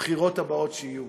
בבחירות הבאות שיהיו,